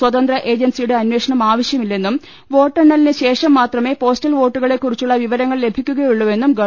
സ്വതന്ത്ര ഏജൻസിയുടെ അന്വേഷണം ആവശ്യമില്ലെന്നും വോട്ടെണ്ണ ലിന് ശേഷം മാത്രമേ പോസ്റ്റൽ വോട്ടുകളെക്കുറിച്ചുള്ള വിവ രങ്ങൾ ലഭിക്കുകയുള്ളൂവെന്നും ഗവ